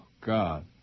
God